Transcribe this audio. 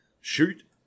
shoot